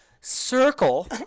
circle